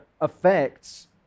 affects